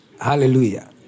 Hallelujah